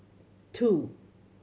two